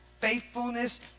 faithfulness